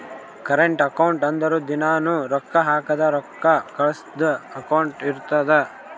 current account ಅಂದುರ್ ದಿನಾನೂ ರೊಕ್ಕಾ ಹಾಕದು ರೊಕ್ಕಾ ಕಳ್ಸದು ಅಕೌಂಟ್ ಇರ್ತುದ್